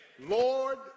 Lord